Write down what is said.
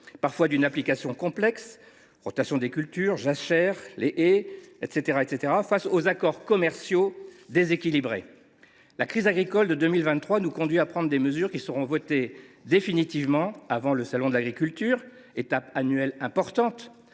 parfois complexe – rotation des cultures, jachères, entretien des haies –, et aux accords commerciaux déséquilibrés. La crise agricole de 2023 nous conduit à prendre des mesures qui seront votées définitivement avant le salon de l’agriculture, étape annuelle importante